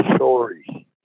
sorry